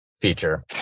feature